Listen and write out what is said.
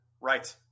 right